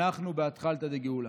אנחנו באתחלתא דגאולה.